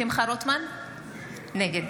נגד